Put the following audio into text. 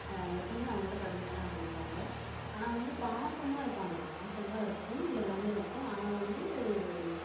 எப்பையுமே அவங்கிட்ட கடுமையாக தான் நடந்துக்குவாங்க ஆனால் வந்து பாசமாக இருப்பாங்க பாசோம்லாம் இருக்கும் எல்லாமே இருக்கும் ஆனால் வந்து